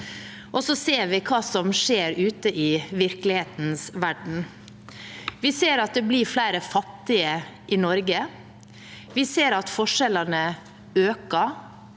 men så ser vi hva som skjer ute i virkelighetens verden. Vi ser at det blir flere fattige i Norge. Vi ser at forskjellene øker.